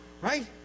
right